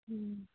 ହୁଁ